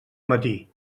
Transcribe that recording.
matí